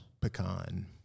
pecan